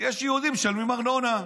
יש יהודים שמשלמים ארנונה.